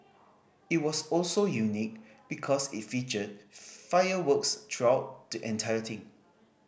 it was also unique because it featured fireworks throughout the entire thing